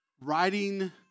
writing